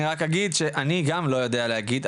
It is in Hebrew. אני רק אגיד שאני גם לא יודע להגיד,